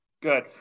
Good